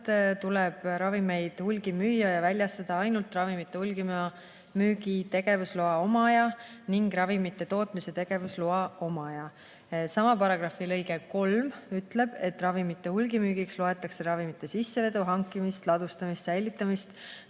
võib ravimeid hulgi müüa ja väljastada ainult ravimite hulgimüügi tegevusloa omaja ning ravimite tootmise tegevusloa omaja. Sama paragrahvi lõige 3 ütleb, et ravimite hulgimüügiks loetakse ravimite sissevedu, hankimist, ladustamist, säilitamist,